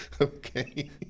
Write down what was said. Okay